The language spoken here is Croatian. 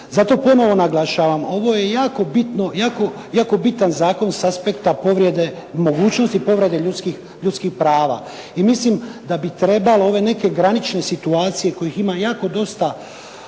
Zato ponovo naglašavam, ovo je jako bitan zakon s aspekta povrede i mogućnosti povrede ljudskih prava i mislim da bi trebalo ove neke granične situacije kojih ima jako dosta